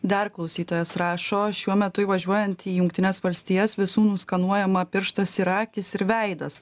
dar klausytojas rašo šiuo metu įvažiuojant į jungtines valstijas visų nuskanuojama pirštas ir akys ir veidas